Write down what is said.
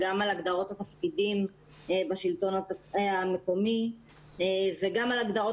גם על הגדרות תפקידים בשלטון המקומי וגם על הגדרות